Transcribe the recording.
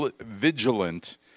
vigilant